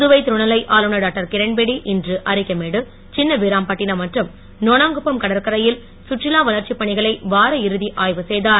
புதுவை துணை நிலை ஆளுநர் டாக்டர் கிரண்பேடி இன்று அரிக்கமேடு சின்னவீராம்பட்டினம் மற்றும் நோணாங்குப்பம் கடற்கரையில் கற்றுலா வளர்ச்சிப் பணிகளை வார இறுதி ஆய்வு செய்தார்